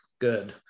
good